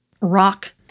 rock